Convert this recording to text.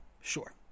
Sure